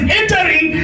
entering